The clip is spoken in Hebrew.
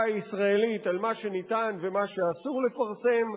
הישראלית על מה שאפשר ומה שאסור לפרסם,